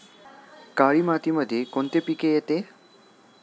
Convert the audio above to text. काळी मातीमध्ये कोणते पिके येते?